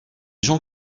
gens